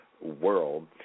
world